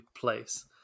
place